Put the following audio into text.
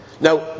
Now